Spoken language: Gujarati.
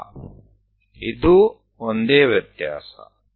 માત્ર તે જ તફાવત છે